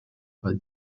pel